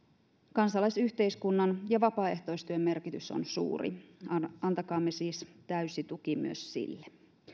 kansalaisyhteiskunnan ja vapaaehtoistyön merkitys on suuri antakaamme siis täysi tuki myös sille